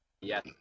Yes